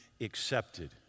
accepted